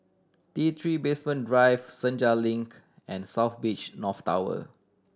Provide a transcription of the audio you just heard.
T Three Basement Drive Senja Link and South Beach North Tower